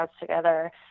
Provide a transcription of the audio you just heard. together